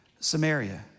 Samaria